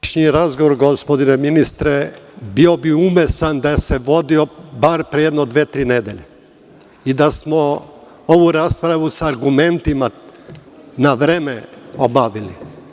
Današnji razgovor, gospodine ministre, bio bi umesan da se vodio bar pre jedno dve, tri nedelje i da smo ovu raspravu sa argumentima na vreme obavili.